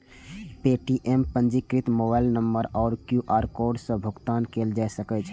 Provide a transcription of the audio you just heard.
Paytm सं पंजीकृत mobile number आ क्यू.आर कोड सं भुगतान कैल जा सकै छै